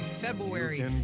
February